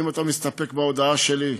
אם אתה מסתפק בהודעה שלי,